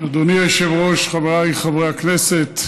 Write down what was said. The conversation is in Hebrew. גוש קטיף,